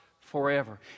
forever